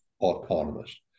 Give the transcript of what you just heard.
autonomous